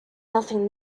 nothing